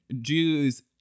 Jews